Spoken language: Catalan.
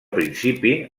principi